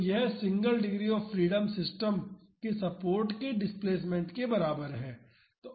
तो यह single degree of freedom system के सपोर्ट के डिस्प्लेसमेंट के बराबर है